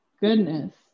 goodness